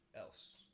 else